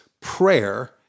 Prayer